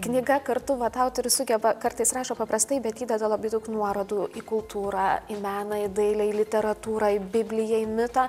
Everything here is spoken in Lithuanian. knyga kartu vat autorius sugeba kartais rašo paprastai bet įdeda labai daug nuorodų į kultūrą į meną į dailę literatūrą į bibliją į mitą